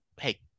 Hey